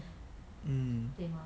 mm